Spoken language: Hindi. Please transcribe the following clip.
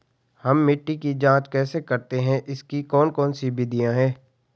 हम मिट्टी की जांच कैसे करते हैं इसकी कौन कौन सी विधियाँ है?